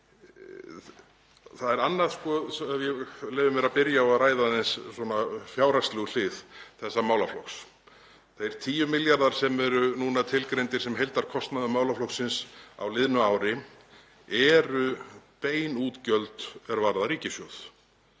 til betri vegar. Ef ég leyfi mér að byrja á að ræða aðeins fjárhagslegu hlið þessa málaflokks: Þeir 10 milljarðar sem eru núna tilgreindir sem heildarkostnaður málaflokksins á liðnu ári eru bein útgjöld er varða ríkissjóð.